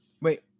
Wait